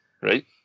Right